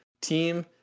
team